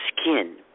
skin